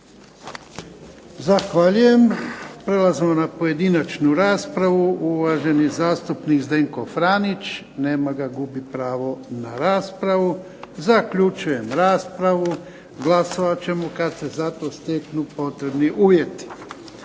Zahvaljujem. Prelazimo na pojedinačnu raspravu. Uvaženi zastupnik Zdenko Franić. Nema ga, gubi pravo na raspravu. Zaključujem raspravu. Glasovat ćemo kad se za to steknu potrebni uvjeti.